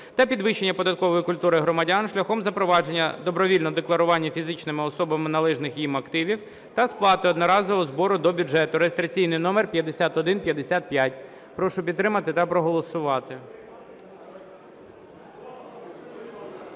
та підвищення податкової культури громадян шляхом запровадження добровільного декларування фізичними особами належних їм активів та сплати одноразового збору до бюджету (реєстраційний номер 5155). Прошу підтримати та проголосувати.